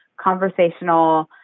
conversational